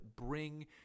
bring